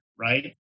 right